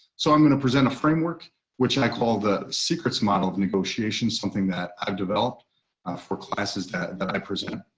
so i'm going to present a framework which i call the secrets model of negotiations, something that i've developed for classes that that i presented